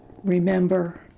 remember